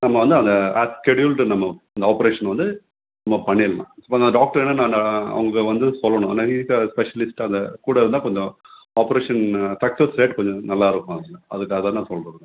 நம்ம வந்து அந்த ஆஸ் ஸெடியூல்டு நம்ம அந்த ஆப்ரேஷன் வந்து நம்ம பண்ணிடலாம் நம்ம அந்த டாக்டரை என்ன ந அவங்க வந்து சொல்லணும் அ ஸ்பெஷலிஸ்டு அந்த கூட இருந்தால் கொஞ்சம் ஆப்ரேஷன் சக்ஸஸ் ரேட் கொஞ்சம் நல்லாருக்கும் அதுக்காக தான் நான் சொல்கிறது